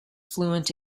fluent